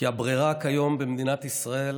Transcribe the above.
כי הברירה כיום במדינת ישראל